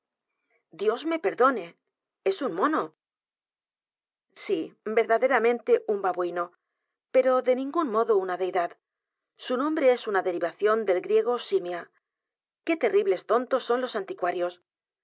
dios me perdone es un mono sí verdaderamente un babuino pero de ningún modo u n a deidad su nombre es una derivación del griego simia q u é terribles tontos son los anticuarios